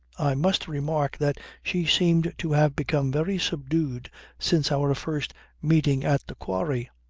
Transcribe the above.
i must remark that she seemed to have become very subdued since our first meeting at the quarry.